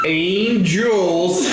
angels